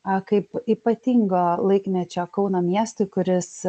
a kaip ypatingo laikmečio kauno miestui kuris